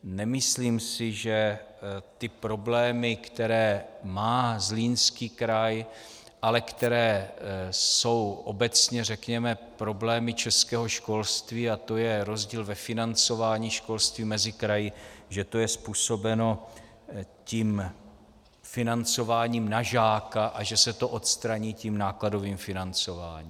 Nemyslím si, že ty problémy, které má Zlínský kraj, ale které jsou obecně problémy českého školství, a to je rozdíl ve financování školství mezi kraji, že to je způsobeno tím financováním na žáka a že se to odstraní tím nákladovým financováním.